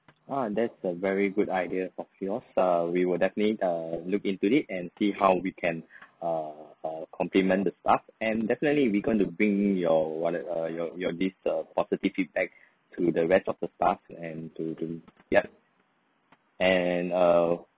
ah that's a very good idea of yours uh we will definitely uh look into it and see how we can uh uh compliment the staff and definitely we going to bring your whil~ uh your your this uh positive feedback to the rest of the staff and to to yup and err